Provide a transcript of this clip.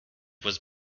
was